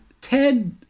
Ted